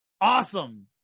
awesome